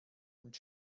und